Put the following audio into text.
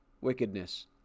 wickedness